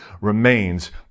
remains